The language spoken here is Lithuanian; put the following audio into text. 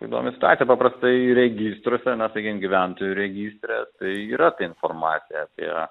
įdomi situacija paprastai registruose na sakykim gyventojų registre tai yra ta informacija apie